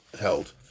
held